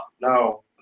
No